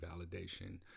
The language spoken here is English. validation